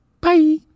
Bye